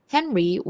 Henry